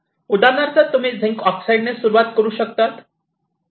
उदाहरणार्थ तुम्ही zinc oxide ने सुरुवात करू शकतात